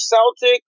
Celtic